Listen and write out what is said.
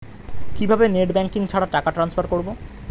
কিভাবে net banking ছাড়া টাকা টান্সফার করব?